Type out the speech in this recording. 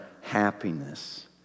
happiness